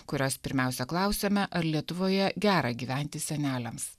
kurios pirmiausia klausiame ar lietuvoje gera gyventi seneliams